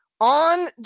on